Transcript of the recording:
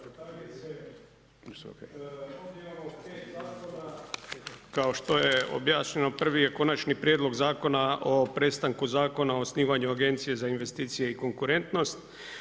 kao što je objašnjeno prvi je Konačni prijedlog Zakona o prestanku Zakona o osnivanju Agencije za investicije i konkretnost.